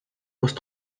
post